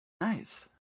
Nice